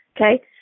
Okay